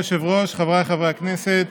אדוני היושב-ראש, חברי הכנסת,